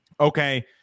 Okay